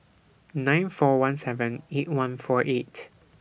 nine four one seven eight one four eight